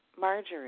Marjorie